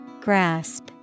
Grasp